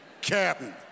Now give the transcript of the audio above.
Captain